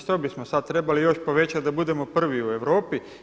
Što bismo sad trebali još povećati da budemo prvi u Europi.